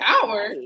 Power